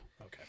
Okay